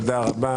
תודה רבה.